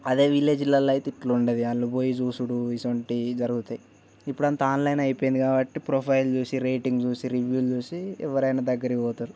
అదే విలేజ్లలో అయితే ఇట్లా ఉండదు వాళ్ళు పోయి చూసుడు ఇసువంటి జరుగుతాయి ఇప్పుడు అంతా ఆన్లైన్ అయిపోయింది కాబట్టి ప్రొఫైల్ చూసి రేటింగ్ చూసి రివ్యూలు చూసి ఎవరైనా దగ్గరికి పోతారు